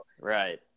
Right